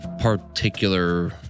particular